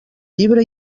llibre